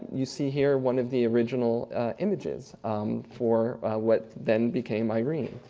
you see here one of the original images for what then became irene.